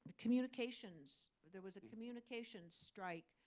communications there was a communication strike.